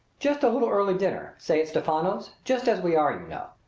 just a little early dinner say, at stephano's just as we are, you know.